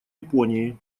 японии